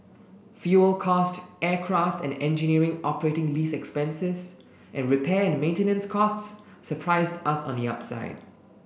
fuel cost aircraft and engineering operating lease expenses and repair and maintenance costs surprised us on the upside